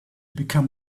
become